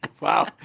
Wow